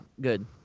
good